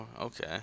okay